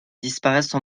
disparaissent